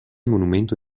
monumento